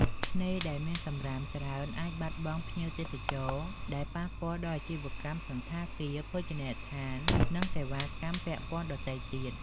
ឆ្នេរដែលមានសំរាមច្រើន អាចបាត់បង់ភ្ញៀវទេសចរ ដែលប៉ះពាល់ដល់អាជីវកម្មសណ្ឋាគារ ភោជនីយដ្ឋាន និងសេវាកម្មពាក់ព័ន្ធដទៃទៀត។